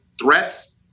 threats